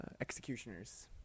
Executioners